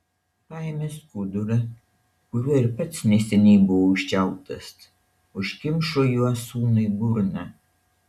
paėmė skudurą kuriuo ir pats neseniai buvo užčiauptas užkimšo juo sūnui burną